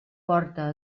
porta